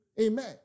Amen